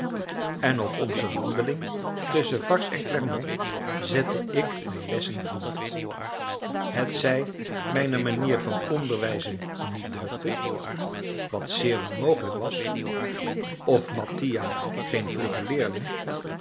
en op onze wandeling tusschen varses en clemont zette ik mijn lessen voort hetzij mijne manier van onderwijzen niet deugde wat zeer wel mogelijk was of mattia geen vlugge leerling wat